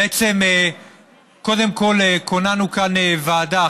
בעצם קודם כול כוננו כאן ועדה,